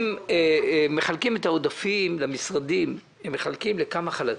הם מחלקים את העודפים למשרדים לכמה חלקים.